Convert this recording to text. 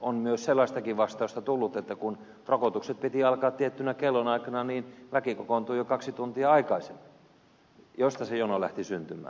on myös sellaistakin vastausta tullut että kun rokotusten piti alkaa tiettyyn kellonaikaan niin väki kokoontui jo kaksi tuntia aikaisemmin mistä se jono lähti syntymään